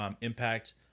impact